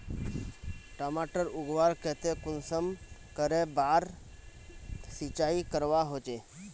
टमाटर उगवार केते कुंसम करे बार सिंचाई करवा होचए?